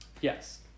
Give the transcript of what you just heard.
Yes